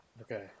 Okay